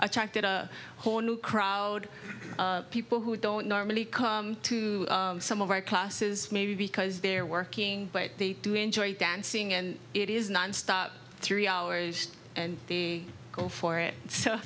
attracted a whole new crowd of people who don't normally come to some of our classes maybe because they're working but they do enjoy dancing and it is nonstop three hours and the go for it so